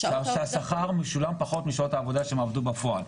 שהשכר משולם פחות משעות העבודה שהם עבדו בפועל.